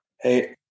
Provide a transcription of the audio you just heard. hey